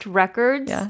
records